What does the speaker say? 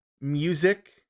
music